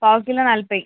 పావు కిలో నలభై